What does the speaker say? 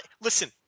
Listen